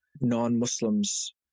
non-Muslims